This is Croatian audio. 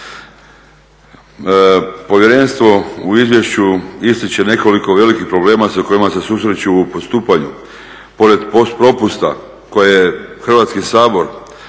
Povjerenstvo u izvješću ističe nekoliko velikih problema sa kojima se susreću u postupanju. Pored propusta koje Hrvatski sabor